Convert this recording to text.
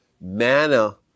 manna